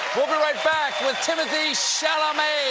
right back with timothee chalamet!